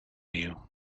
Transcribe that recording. you